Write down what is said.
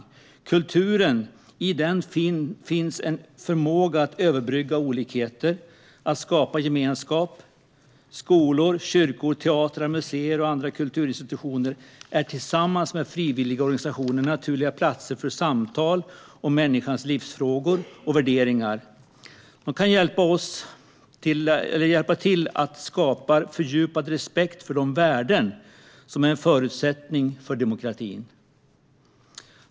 I kulturen finns en förmåga att överbrygga olikheter och skapa gemenskap. Skolor, kyrkor, teatrar, museer och andra kulturinstitutioner är tillsammans med frivilliga organisationer naturliga platser för samtal om människans livsfrågor och värderingar. De kan hjälpa till att skapa fördjupad respekt för de värden som är en förutsättning för demokratin.